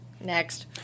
next